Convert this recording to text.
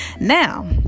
now